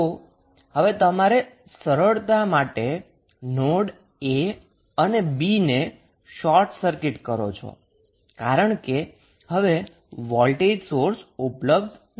તો હવે તમારે સરળતા માટે નોડ a અને b શોર્ટ સર્કિટ કરો છો કારણ કે હવે વોલ્ટેજ સોર્સ ઉપલબ્ધ નથી